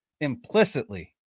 implicitly